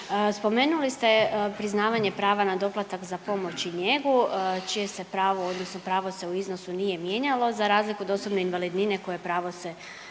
Spomenuli ste priznavanje prava na doplatak za pomoć i njegu čije se pravo odnosno pravo se u iznosu nije mijenjalo, za razliku od osobne invalidnine koje pravo se